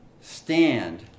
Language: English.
stand